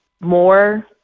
more